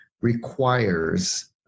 requires